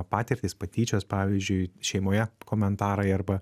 patirtys patyčios pavyzdžiui šeimoje komentarai arba